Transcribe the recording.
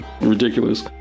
ridiculous